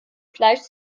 fleisch